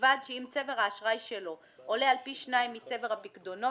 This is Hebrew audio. ובלבד שאם צבר האשראי שלו עולה על פי 2 מצבר הפיקדונות,